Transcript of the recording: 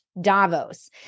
Davos